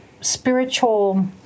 spiritual